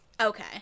Okay